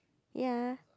ya